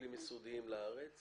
לארץ